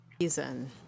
Reason